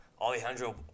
Alejandro